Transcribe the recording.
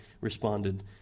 responded